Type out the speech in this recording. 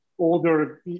Older